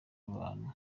abantu